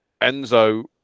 Enzo